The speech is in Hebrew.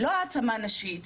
לא העצמה נשית,